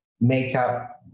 makeup